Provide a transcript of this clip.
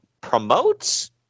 promotes